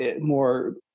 more